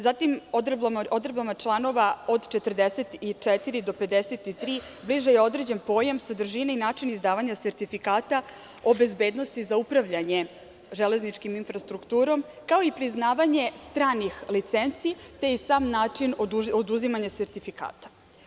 Zatim, odredbama članova od 44. do 53. bliže je određen pojam, sadržina i način izdavanja sertifikata o bezbednosti za upravljanje železničkom infrastrukturom kao i priznavanje stranih licenci, te i sam način oduzimanja sertifikata.